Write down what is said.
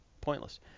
pointless